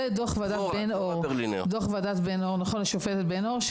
ודוח ועדת השופטת בן-אור.